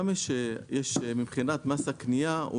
מבחינת מס הקנייה,